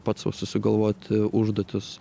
pats sau susigalvoti užduotis